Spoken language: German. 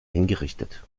hingerichtet